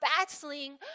battling